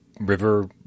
river